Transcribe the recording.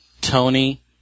Tony